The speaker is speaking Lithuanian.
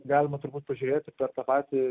galima turbūt pažiūrėti per tą patį